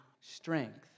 strength